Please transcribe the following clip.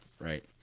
right